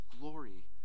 glory